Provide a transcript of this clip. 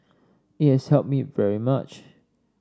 it has helped me very much